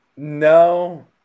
No